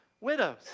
widows